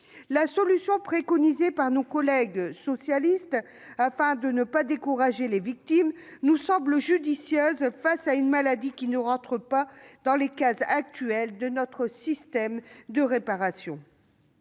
La solution préconisée par nos collègues socialistes afin de ne pas décourager les victimes d'une maladie qui n'entre pas dans les cases de notre système de réparation